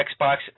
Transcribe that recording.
Xbox